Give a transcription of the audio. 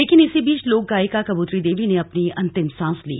लेकिन इसी बीच लोक गायिका कबूतरी देवी ने अपनी अतिम सांस ली